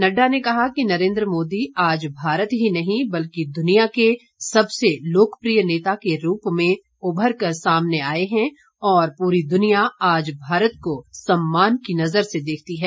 नड्डा ने कहा कि नरेंद्र मोदी आज भारत ही नहीं बल्कि दुनिया के सबसे लोकप्रिय नेता के रूप में उभर कर सामने आए हैं और पूरी दुनिया आज भारत को सम्मान की नजर से देखती है